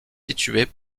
situées